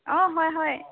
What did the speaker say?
অ হয় হয়